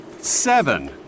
seven